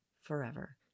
forever